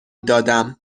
دادم